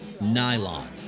Nylon